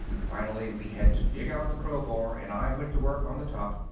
finally we had to dig out the crowbar and i went to work on the top.